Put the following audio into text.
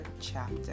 chapter